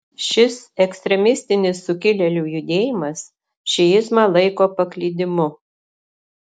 šis ekstremistinis sukilėlių judėjimas šiizmą laiko paklydimu